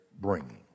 bringing